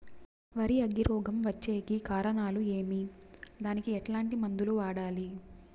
వరి అగ్గి రోగం వచ్చేకి కారణాలు ఏమి దానికి ఎట్లాంటి మందులు వాడాలి?